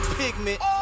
pigment